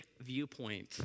viewpoint